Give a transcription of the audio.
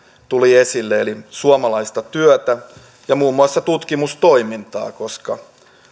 tuli esille eli suomalaista työtä ja muun muassa tutkimustoimintaa koska